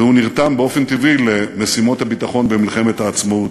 והוא נרתם באופן טבעי למשימות הביטחון במלחמת העצמאות.